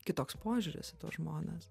kitoks požiūris į tuos žmones